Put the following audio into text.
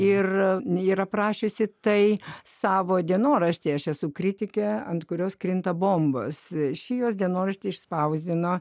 ir nėra prašiusi tai savo dienoraštyje aš esu kritikė ant kurios krinta bombos šį jos dienoraštį išspausdino